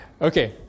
Okay